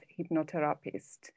hypnotherapist